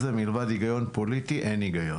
מבקר המדינה ונציב תלונות הציבור מתניהו אנגלמן: